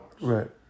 Right